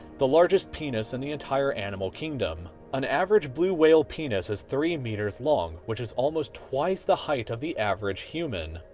the largest penis in the entire animal kingdom, an average blue whale penis is three meters long, which is almost twice the height of the average human.